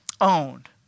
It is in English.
owned